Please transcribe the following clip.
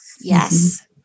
Yes